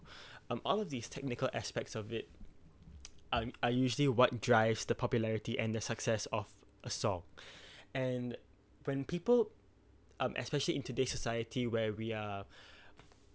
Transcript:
um all of these technical aspects of it are are usually what drives the popularity and the success of a song and when people um especially in todays society where we are